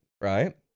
right